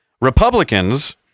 Republicans